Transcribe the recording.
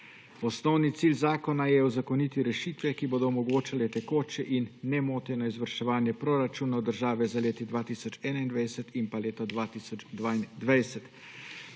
Osnovni cilj zakona je uzakoniti rešitve, ki bodo omogočale tekoče in nemoteno izvrševanje proračunov države za leti 2021 in 2022.